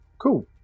Cool